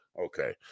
Okay